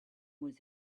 was